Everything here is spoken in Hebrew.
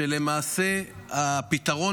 כשלמעשה הפתרון,